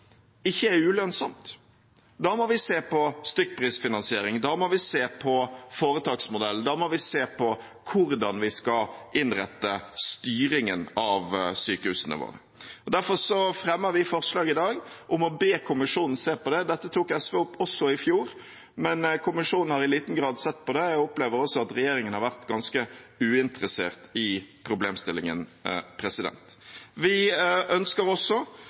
ikke er ulønnsomt? Da må vi se på stykkprisfinansiering, da må vi se på foretaksmodellen, da må vi se på hvordan vi skal innrette styringen av sykehusene våre. Derfor fremmer vi forslag i dag om å be kommisjonen se på det. Dette tok SV opp også i fjor, men kommisjonen har i liten grad sett på det, og jeg opplever også at regjeringen har vært ganske uinteressert i problemstillingen. Vi ønsker også